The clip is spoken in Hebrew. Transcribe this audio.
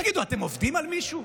תגידו, אתם עובדים על מישהו?